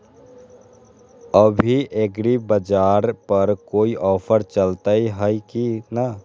अभी एग्रीबाजार पर कोई ऑफर चलतई हई की न?